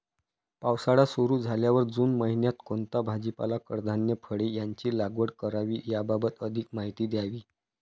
पावसाळा सुरु झाल्यावर जून महिन्यात कोणता भाजीपाला, कडधान्य, फळे यांची लागवड करावी याबाबत अधिक माहिती द्यावी?